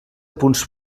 punts